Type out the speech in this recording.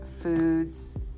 foods